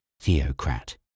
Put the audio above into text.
theocrat